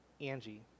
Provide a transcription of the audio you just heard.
Angie